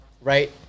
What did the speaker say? right